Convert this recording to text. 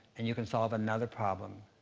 and you can solve another problem,